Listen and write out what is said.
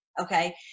Okay